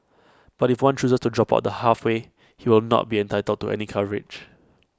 but if one chooses to drop out the halfway he will not be entitled to any coverage